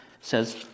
says